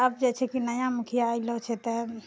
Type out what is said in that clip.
अब जे छै की नया मुखिया अयलौं छै तऽ